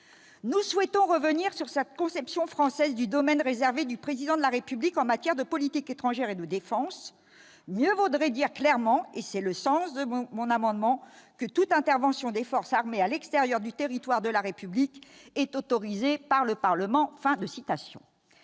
Nous souhaitons revenir sur cette conception française du " domaine réservé " du Président de la République en matière de politique étrangère et de défense. [...] Mieux vaudrait dire clairement, et c'est le sens de notre amendement, que " toute intervention des forces armées à l'extérieur du territoire de la République est autorisée par le Parlement "